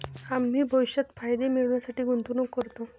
आम्ही भविष्यात फायदे मिळविण्यासाठी गुंतवणूक करतो